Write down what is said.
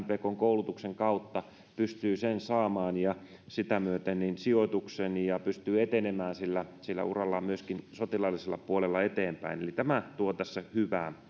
mpkn koulutuksen kautta pystyy saamaan sitä myöten sijoituksen ja pystyy etenemään urallaan myöskin sotilaallisella puolella eteenpäin eli tämä tuo tässä hyvää